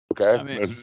Okay